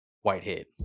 Whitehead